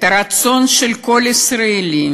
את הרצון שישראלי,